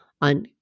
on